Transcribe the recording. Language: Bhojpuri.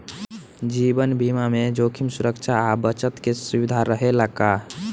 जीवन बीमा में जोखिम सुरक्षा आ बचत के सुविधा रहेला का?